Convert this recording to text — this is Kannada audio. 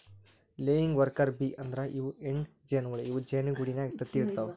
ಲೆಯಿಂಗ್ ವರ್ಕರ್ ಬೀ ಅಂದ್ರ ಇವ್ ಹೆಣ್ಣ್ ಜೇನಹುಳ ಇವ್ ಜೇನಿಗೂಡಿನಾಗ್ ತತ್ತಿ ಇಡತವ್